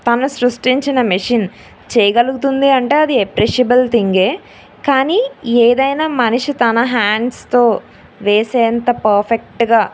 తన సృష్టించిన మిషన్ చేయగలుగుతుంది అంటే అది అప్రిషియబుల్ థింగ్ ఏ కానీ ఏదైనా మనిషి తన హ్యాండ్స్తో వేసే అంత పర్ఫెక్ట్గా